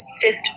sift